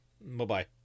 bye-bye